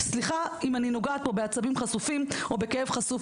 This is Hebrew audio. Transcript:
סליחה אם אני נוגעת פה בעצבים חשופים או בכאב חשוף,